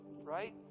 right